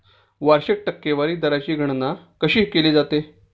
वार्षिक टक्केवारी दराची गणना कशी केली जाते?